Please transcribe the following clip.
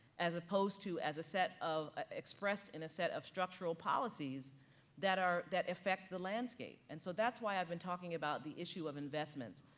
as opposed to as a set of, expressed in a set of structural policies that are, that affect the landscape. and so that's why i've been talking about the issue of investments.